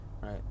right